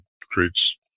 creates